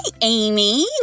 Amy